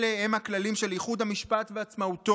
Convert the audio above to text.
אלה הם הכללים של 'ייחוד המשפט ועצמאותו'."